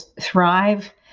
thrive